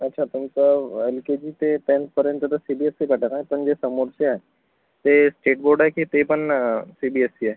अच्छा पण कव एल के जी ते टेन्थपर्यंतचं C B S E pattern आहे पण जे समोरचे आहे ते स्टेट बोर्ड आहे की ते पण सी बी एस ई आहे